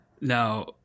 Now